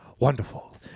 Wonderful